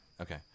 Okay